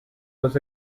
was